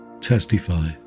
testify